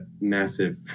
massive